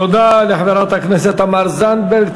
תודה לחברת הכנסת תמר זנדברג.